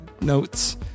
notes